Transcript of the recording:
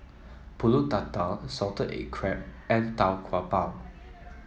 pulut Tatal Salted Egg Crab and Tau Kwa Pau